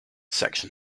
section